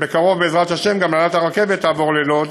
בקרוב, בעזרת השם, גם הנהלת הרכבת תעבור ללוד,